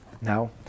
Now